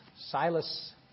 Silas